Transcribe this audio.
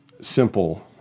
simple